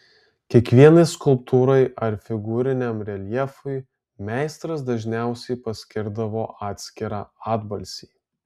kiekvienai skulptūrai ar figūriniam reljefui meistras dažniausiai paskirdavo atskirą atbalsį